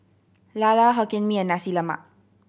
lala Hokkien Mee and Nasi Lemak